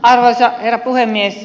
arvoisa herra puhemies